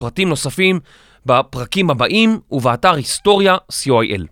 פרטים נוספים בפרקים הבאים ובאתר היסטוריה CO.IL.